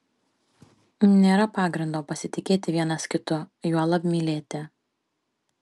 nėra pagrindo pasitikėti vienas kitu juolab mylėti